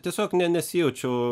tiesiog ne nesijaučiau